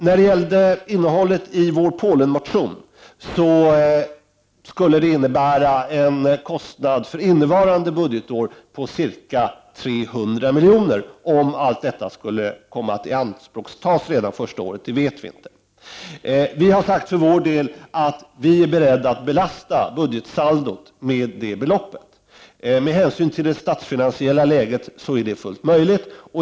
När det gäller vår Polenmotion skulle det innebära en kostnad för innevarande budgetår på ca 300 miljoner, om allt skulle tas i anspråk redan första året, men det vet vi ju inte. Vi har sagt för vår del att vi är beredda att belasta budgetsaldot med detta belopp. Med hänsyn till det statsfinansiella läget är det fullt möjligt.